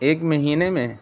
ایک مہینے میں